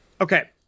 Okay